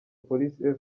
police